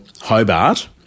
Hobart